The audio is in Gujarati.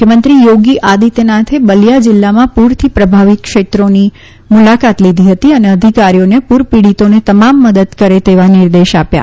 મુખ્યમંત્રી યોગી આદિત્યનાથે બલિયા જીલ્લામાં પુરથી પ્રભાવિત ક્ષેત્રોની મુલાકાત લીધી અને અધિકારીઓને પુરપીડીતોને તમામ મદદ કરે તેવા નિર્દેશ આપ્યા